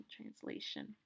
translation